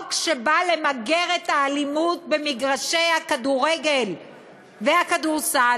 חוק שבא למגר את האלימות במגרשי הכדורגל והכדורסל,